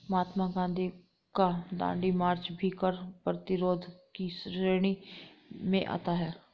महात्मा गांधी का दांडी मार्च भी कर प्रतिरोध की श्रेणी में आता है